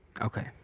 Okay